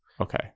Okay